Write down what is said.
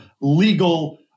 legal